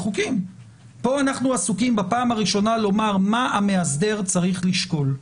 פה אנחנו עסוקים בפעם הראשונה במה שהמאסדר צריך לשקול.